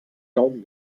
daumen